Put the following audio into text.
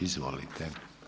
Izvolite.